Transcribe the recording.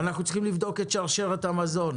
אנחנו צריכים לבדוק את שרשרת המזון